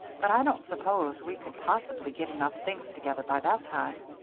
but i don't suppose we could possibly get enough things together by that time.